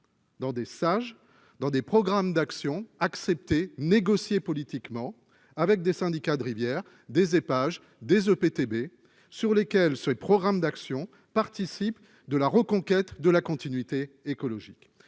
Dans des sages dans des programmes d'action accepter, négocier politiquement avec des syndicats de rivières, des EPAGE, des EPTB sur lesquels ce programme d'action participe de la reconquête de la continuité écologique,